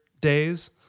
days